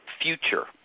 future